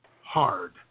hard